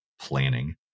planning